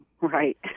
right